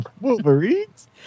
Wolverines